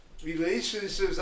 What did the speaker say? Relationships